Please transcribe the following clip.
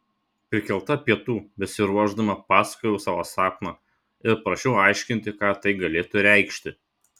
prikelta pietų besiruošdama pasakojau savo sapną ir prašiau aiškinti ką tai galėtų reikšti